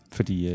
Fordi